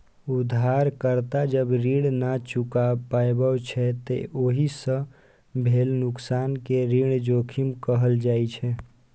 उधारकर्ता जब ऋण नै चुका पाबै छै, ते ओइ सं भेल नुकसान कें ऋण जोखिम कहल जाइ छै